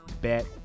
bet